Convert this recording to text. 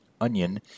onion